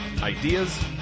ideas